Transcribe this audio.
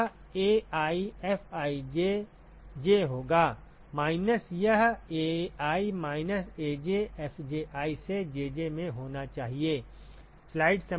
तो वह AiFijJ होगा माइनस यह Ai माइनस AjFji से Jj में होना चाहिए